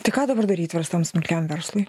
tai ką dabar daryti verstam smulkiam verslui